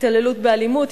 התעללות באלימות,